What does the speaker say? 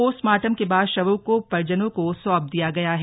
postmortem के बाद शवों को परिजनों को सौंप दिया गया है